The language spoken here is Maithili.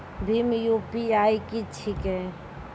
भीम यु.पी.आई की छीके?